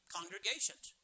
Congregations